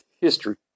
history